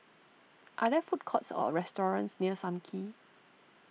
are there food courts or restaurants near Sam Kee